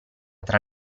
tra